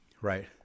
right